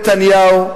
נתניהו,